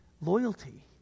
Loyalty